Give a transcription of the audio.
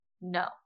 No